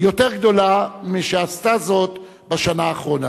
יותר גדולה משעשתה זאת בשנה האחרונה.